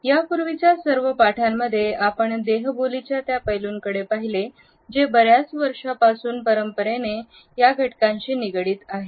यापूर्वीच्या सर्व पाठांमध्ये आपण देही बोलींच्या त्या पैलूंकडे पाहिले जे बऱ्याच वर्षापासून परंपरेने या घटकांशी निगडित आहे